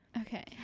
okay